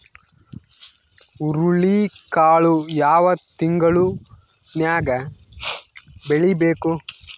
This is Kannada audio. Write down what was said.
ಹುರುಳಿಕಾಳು ಯಾವ ತಿಂಗಳು ನ್ಯಾಗ್ ಬೆಳಿಬೇಕು?